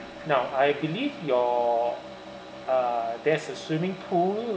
now I believe your uh there's a swimming pool